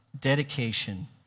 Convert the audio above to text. Dedication